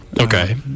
Okay